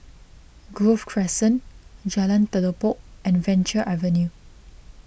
Grove Crescent Jalan Telipok and Venture Avenue